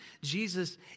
Jesus